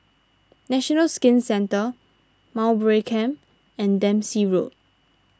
National Skin Centre Mowbray Camp and Dempsey Road